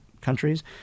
countries